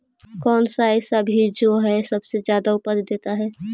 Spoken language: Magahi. कौन सा ऐसा भी जो सबसे ज्यादा उपज देता है?